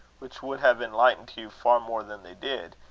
which would have enlightened hugh far more than they did,